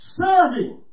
serving